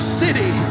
city